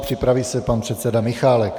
Připraví se pan předseda Michálek.